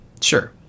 sure